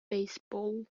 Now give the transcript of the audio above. baseball